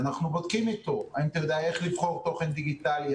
אז אנחנו בודקים איתו האם אתה יודע איך לבחור תוכן דיגיטלי?